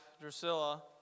Drusilla